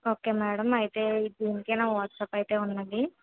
okay madam అయితే దీనికే నా వాట్సాప్ అయితే ఉంది అండి